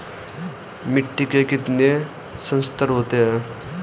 मिट्टी के कितने संस्तर होते हैं?